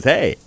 Hey